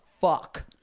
fuck